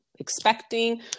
expecting